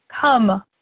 Come